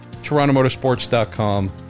torontomotorsports.com